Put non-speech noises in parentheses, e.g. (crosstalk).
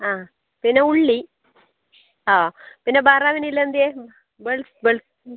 ആ പിന്നെ ഉള്ളി ആ പിന്നെ വറവിനുള്ള (unintelligible)